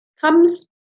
comes